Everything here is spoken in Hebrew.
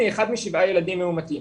היא אחד משבעה ילדים מאומתים,